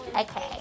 okay